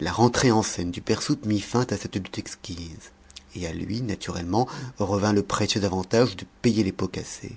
la rentrée en scène du père soupe mit fin à cette lutte exquise et à lui naturellement revint le précieux avantage de payer les pots cassés